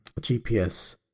GPS